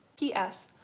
p s,